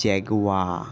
jaguar